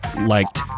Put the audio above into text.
liked